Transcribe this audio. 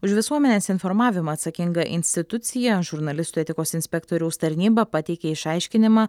už visuomenės informavimą atsakinga institucija žurnalistų etikos inspektoriaus tarnyba pateikė išaiškinimą